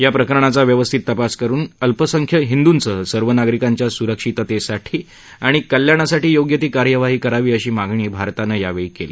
या प्रकरणाचा व्यवस्थित तपास करून अल्पसंख्य हिंदूंसह सर्व नागरिकांच्या सुरक्षिततेसाठी आणि कल्याणासाठी योग्य ती कार्यवाही करावी अशी मागणी भारतानं या वेळी केली